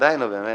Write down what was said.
דיי, נו, באמת.